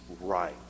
right